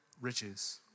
riches